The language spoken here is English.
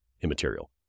immaterial